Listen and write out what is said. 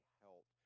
help